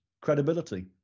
Credibility